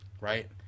Right